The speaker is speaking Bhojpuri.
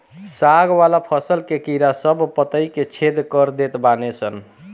साग वाला फसल के कीड़ा सब पतइ के छेद कर देत बाने सन